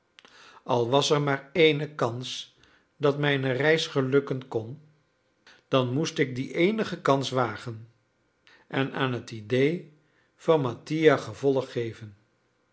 al was er maar ééne kans dat mijne reis gelukken kon dan moest ik die eenige kans wagen en aan het idee van mattia gevolg geven